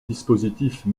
dispositifs